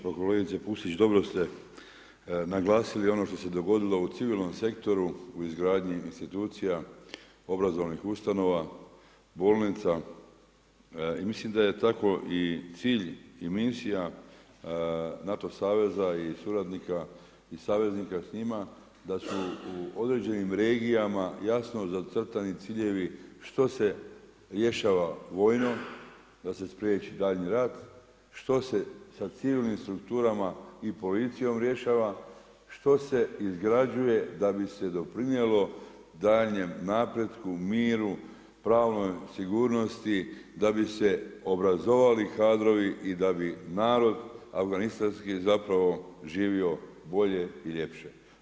Pa kolegice Pusić, dobro ste naglasili ono što se dogodilo u civilnom sektoru, u izgradnji institucija, obrazovanih ustanova, bolnica i mislim da je tako i cilj i misija NATO saveza i suradnika i saveznika s njima da su u određenim regijama jasno zacrtani ciljevi što se rješava vojno, da se spriječi daljnji rat, što se sa civilnim strukturama i policijom rješava, što se izgrađuje da bi se doprinijelo daljnjem napretku, miru, pravnoj sigurnosti, da bi se obrazovali kadrovi i da bi narod afganistanski zapravo živio bolje i ljepše.